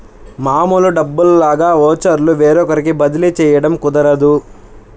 మామూలు డబ్బుల్లాగా ఓచర్లు వేరొకరికి బదిలీ చేయడం కుదరదు